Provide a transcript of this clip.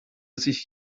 sich